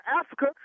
Africa